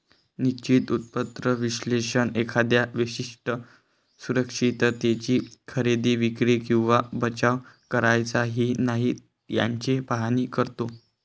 निश्चित उत्पन्न विश्लेषक एखाद्या विशिष्ट सुरक्षिततेची खरेदी, विक्री किंवा बचाव करायचा की नाही याचे पाहणी करतो